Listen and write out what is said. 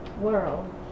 world